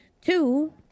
Two